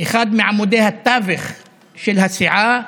אחד מעמודי התווך של הסיעה,